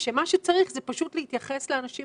כשמה שצריך זה פשוט להתייחס לאנשים